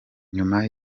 nyuma